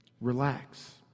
Relax